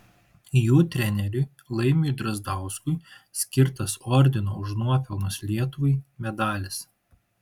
jų treneriui laimiui drazdauskui skirtas ordino už nuopelnus lietuvai medalis